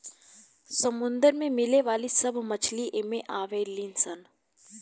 समुंदर में मिले वाली सब मछली एमे आवे ली सन